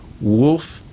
Wolf